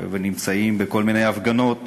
ונמצאים בכל מיני הפגנות